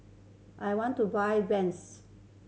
I want to buy